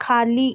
खाली